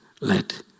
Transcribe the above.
let